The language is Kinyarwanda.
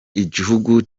igihugu